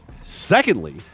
secondly